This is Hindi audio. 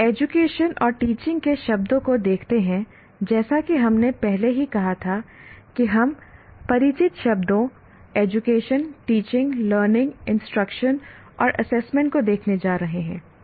हम एजुकेशन और टीचिंग के शब्दों को देखते हैं जैसा कि हमने पहले ही कहा था कि हम परिचित शब्दों एजुकेशन टीचिंग लर्निंग इंस्ट्रक्शन और एसेसमेंट को देखने जा रहे हैं